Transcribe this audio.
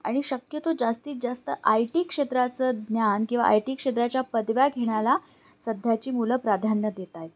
आणि शक्यतो जास्तीत जास्त आय टी क्षेत्राचं ज्ञान किंवा आय टी क्षेत्राच्या पदव्या घेण्याला सध्याची मुलं प्राधान्य देत आहेत